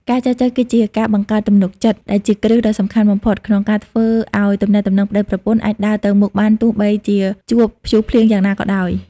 ការចែចូវគឺជាការបង្កើត "ទំនុកចិត្ត" ដែលជាគ្រឹះដ៏សំខាន់បំផុត ក្នុងការធ្វើឱ្យទំនាក់ទំនងប្ដីប្រពន្ធអាចដើរទៅមុខបានទោះបីជាជួបព្យុះភ្លៀងយ៉ាងណាក៏ដោយ។